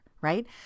Right